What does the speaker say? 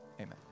Amen